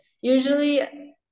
usually